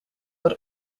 but